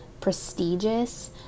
prestigious